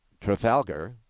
Trafalgar